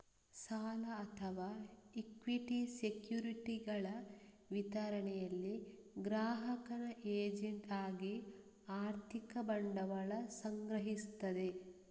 ಸಾಲ ಅಥವಾ ಇಕ್ವಿಟಿ ಸೆಕ್ಯುರಿಟಿಗಳ ವಿತರಣೆಯಲ್ಲಿ ಗ್ರಾಹಕನ ಏಜೆಂಟ್ ಆಗಿ ಆರ್ಥಿಕ ಬಂಡವಾಳ ಸಂಗ್ರಹಿಸ್ತದೆ